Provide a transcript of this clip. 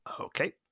Okay